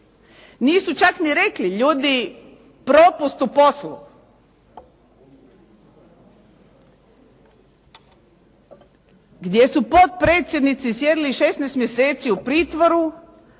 Nisu čak ni rekli ljudi, propust u poslu. Gdje su potpredsjednici sjedili 16 mjeseci u pritvoru,